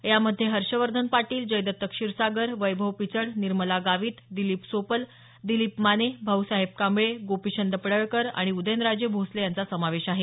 यामध्ये हर्षवर्धन पाटील जयदत्त क्षीरसागर वैभव पिचड निर्मला गावित दिलीप सोपल दिलीप माने भाऊसाहेब कांबळे गोपीचंद पडळकर आणि उदयनराजे भोसले यांचा समावेश आहे